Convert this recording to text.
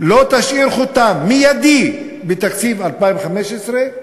לא תשאיר חותם מיידי בתקציב 2015,